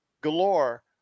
galore